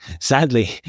sadly